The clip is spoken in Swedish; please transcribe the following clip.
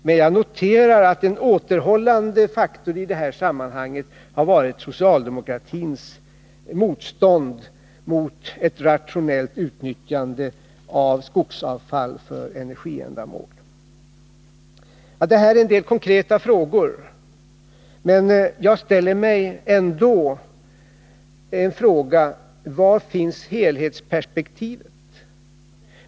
Men jag noterar att en återhållande faktor i detta sammanhang har varit socialdemokratins motstånd mot ett rationellt utnyttjande av skogsavfall för energiändamål. Detta är en del konkreta frågor, men jag måste ändå upprepa frågan: Var finns helhetsperspektivet?